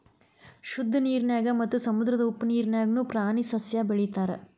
ಶುದ್ದ ನೇರಿನ್ಯಾಗ ಮತ್ತ ಸಮುದ್ರದ ಉಪ್ಪ ನೇರಿನ್ಯಾಗುನು ಪ್ರಾಣಿ ಸಸ್ಯಾ ಬೆಳಿತಾರ